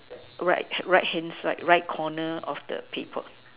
right right hand side right corner of the paper